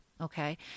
Okay